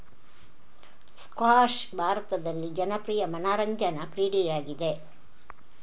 squash ಭಾರತದಲ್ಲಿ ಜನಪ್ರಿಯ ಮನರಂಜನಾ ಕ್ರೀಡೆಯಾಗಿದೆ